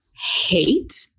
hate